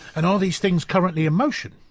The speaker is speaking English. and are these things currently in motion?